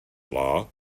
law